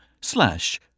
slash